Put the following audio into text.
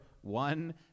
one